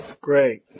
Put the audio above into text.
Great